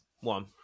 one